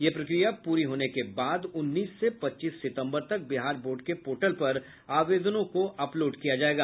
यह प्रक्रिया पूरी होने के बाद उन्नीस से पच्चीस सितम्बर तक बिहार बोर्ड के पोर्टल पर आवेदनों को अपलोड किया जायेगा